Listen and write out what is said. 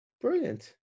Brilliant